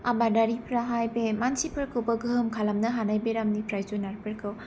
आबादारिफ्राहाय बे मानसिफोरखौबो गोहोम खालामनो हानाय बेरामनिफ्राय जुनारफोरखौ